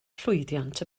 llwyddiant